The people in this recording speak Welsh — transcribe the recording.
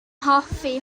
hoffi